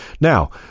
Now